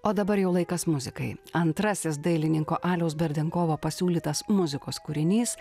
o dabar jau laikas muzikai antrasis dailininko aliaus berdenkovo pasiūlytas muzikos kūrinys